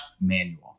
manual